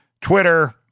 Twitter